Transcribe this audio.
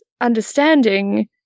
understanding